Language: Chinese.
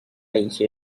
一些